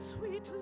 sweet